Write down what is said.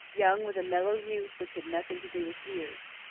young with a mellow youth which had nothing to do with years.